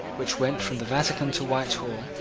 which went from the vatican to whitehall,